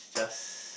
just